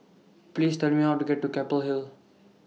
Please Tell Me How to get to Keppel Hill